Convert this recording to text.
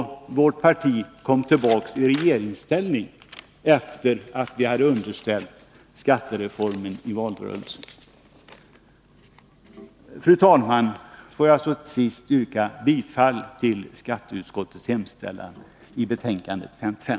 Vårt parti kom tillbaka i regeringsställning efter det att vi hade underställt dem skattereformen i valrörelsen. Fru talman! Till sist ber jag att få yrka bifall till skatteutskottets hemställan i betänkande 55.